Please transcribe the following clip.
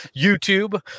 YouTube